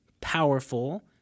powerful